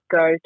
go